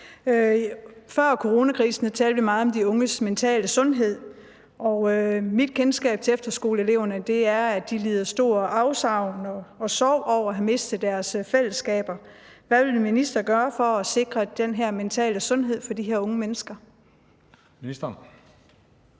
Før coronakrisen talte vi meget om de unges mentale sundhed, og mit kendskab til efterskoleeleverne er, at de lider stort afsavn og føler stor sorg over at have mistet deres fællesskaber. Hvad vil ministeren gøre for at sikre den mentale sundhed for de her unge mennesker?